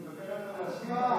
מוותרת על להשיב,